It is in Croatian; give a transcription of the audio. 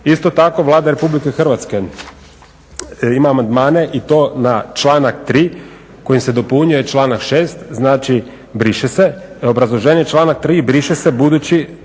Isto tako Vlada RH ima amandmane i to na članak 3. kojim se dopunjuje članak 6., znači briše se, obrazloženje članak 3. briše se budući